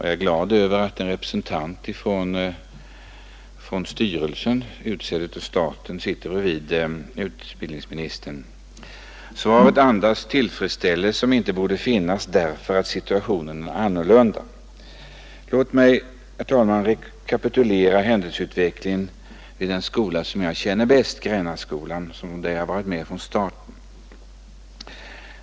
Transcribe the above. Jag är glad över att en representant för styrelsen, utsedd av staten, sitter bredvid utbildningsministern. Svaret andas en tillfredsställelse som inte borde finnas, eftersom situationen är annorlunda. Låt mig, herr talman, rekapitulera händelseutvecklingen vid den skola som jag känner bäst, Grännaskolan, där jag har varit med från starten.